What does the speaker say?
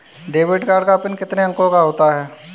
Debit card का PIN कितने अंकों का होता है?